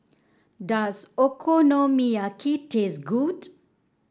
does Okonomiyaki taste good